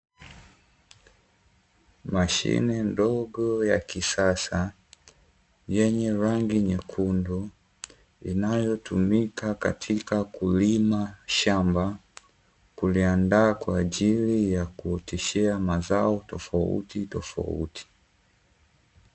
Mashine ndogo ya kisasa yenye rangi nyekundu inayotumika katika kulima shamba kuliandaa katika kulima mazao tofauti tofauti.